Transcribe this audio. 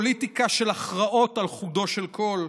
פוליטיקה של הכרעות על חודו של קול,